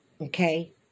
okay